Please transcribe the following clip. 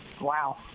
wow